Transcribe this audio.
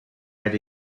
had